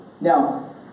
Now